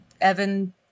Evan